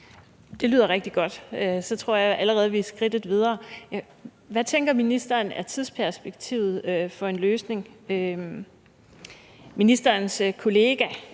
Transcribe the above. Det lyder rigtig godt. Så tror jeg allerede, vi er skridtet videre. Hvad tænker ministeren er tidsperspektivet for en løsning? Ministerens kollega,